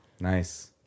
Nice